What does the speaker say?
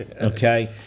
Okay